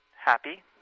happy